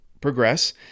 progress